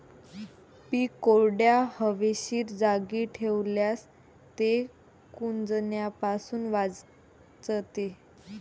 पीक कोरड्या, हवेशीर जागी ठेवल्यास ते कुजण्यापासून वाचते